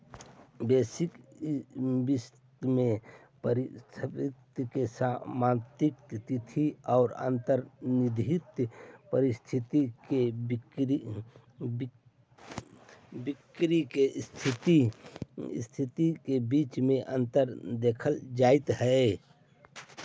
basis risk में परिसंपत्ति के समाप्ति तिथि औ अंतर्निहित परिसंपत्ति के बिक्री के तिथि के बीच में अंतर देखल जा हई